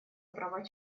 права